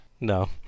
No